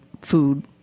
food